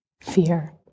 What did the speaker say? fear